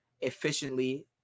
efficiently